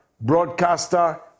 broadcaster